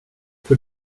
för